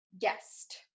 guest